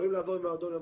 ממועדון למועדון?